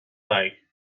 like